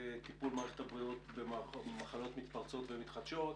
טיפול מערכת הבריאות במחלות מתפרצות ומתחדשות,